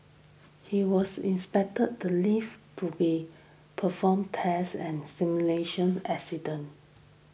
he was inspected the lift to be performed test and simulation accident